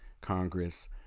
Congress